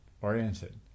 oriented